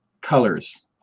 colors